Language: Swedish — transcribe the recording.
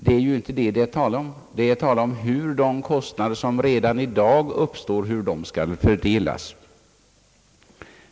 Det är inte fråga om det, utan det gäller hur de kostnader som redan i dag uppstår skall fördelas.